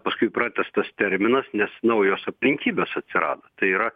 paskui pratęstas terminas nes naujos aplinkybės atsirado tai yra